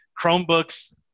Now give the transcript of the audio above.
Chromebooks